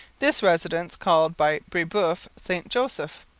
this residence, called by brebeuf st joseph,